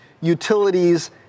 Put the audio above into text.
utilities